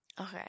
Okay